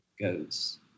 goes